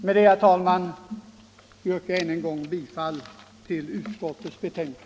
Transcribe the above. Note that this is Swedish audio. Med detta yrkar jag, herr talman, än en gång bifall till utskottets hemställan.